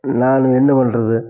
நான் என்ன பண்ணுறது